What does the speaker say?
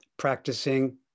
Practicing